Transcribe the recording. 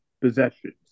possessions